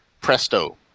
presto